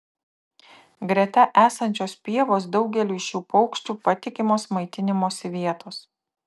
greta esančios pievos daugeliui šių paukščių patikimos maitinimosi vietos